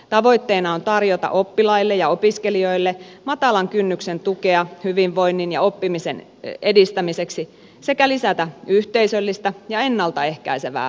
tavoitteena on tarjota oppilaille ja opiskelijoille matalan kynnyksen tukea hyvinvoinnin ja oppimisen edistämiseksi sekä lisätä yhteisöllistä ja ennalta ehkäisevää opiskeluhuoltotyötä